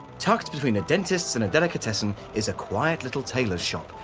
tucked between a dentist's and a delicatessen is a quiet little tailor's shop.